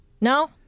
No